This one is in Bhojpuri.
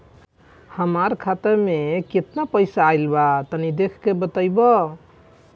हमार खाता मे केतना पईसा आइल बा तनि देख के बतईब?